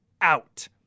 out